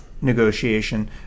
negotiation